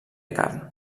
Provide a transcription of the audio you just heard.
carn